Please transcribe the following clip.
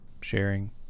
sharing